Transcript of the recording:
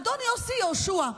אדון יוסי יהושוע,